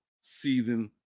season